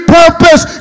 purpose